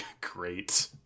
Great